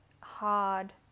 hard